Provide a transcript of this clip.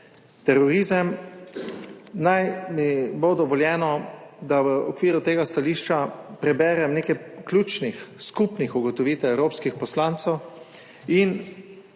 terorizem. Naj mi bo dovoljeno, da v okviru tega stališča preberem nekaj ključnih skupnih ugotovitev evropskih poslancev in,